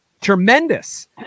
Tremendous